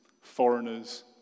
foreigners